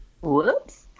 Whoops